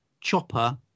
Chopper